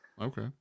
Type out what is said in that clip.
okay